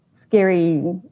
scary